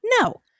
No